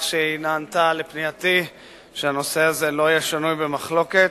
שנענתה לפנייתי שהנושא הזה לא יהיה שנוי במחלוקת.